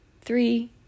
three